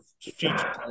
future